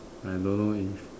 I don't know if